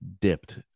dipped